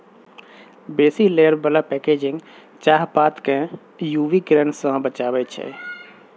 बेसी लेयर बला पैकेजिंग चाहपात केँ यु वी किरण सँ बचाबै छै